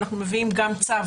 אנחנו מביאים גם צו